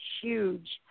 huge